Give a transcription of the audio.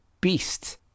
beast